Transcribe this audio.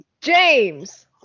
James